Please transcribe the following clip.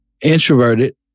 introverted